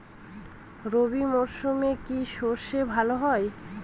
রবি মরশুমে কি সর্ষে চাষ ভালো হয়?